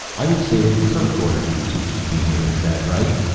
i would say that kerk ordered you to keep me here. is that right?